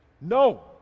No